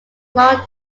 long